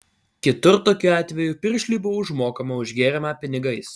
kitur tokiu atveju piršliui buvo užmokama už gėrimą pinigais